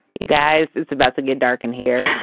you guys, it's about to get dark in here.